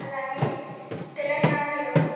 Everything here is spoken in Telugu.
అలాగే తెలంగాణలో